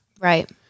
Right